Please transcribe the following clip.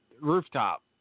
rooftop